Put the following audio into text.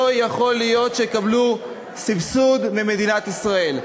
לא יכול להיות שיקבלו סבסוד ממדינת ישראל.